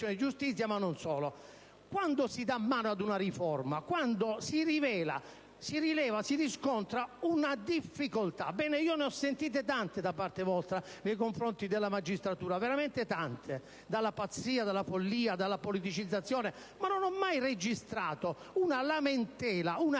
giustizia, ma non solo. Quando si pone mano ad una riforma? Quando si riscontra una difficoltà. Ed io ne ho sentite tante da parte vostra nei confronti della magistratura, veramente tante, dalla pazzia alla follia e alla politicizzazione, ma non ho mai registrato una lamentela o una